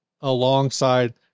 alongside